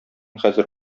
хәзер